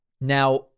Now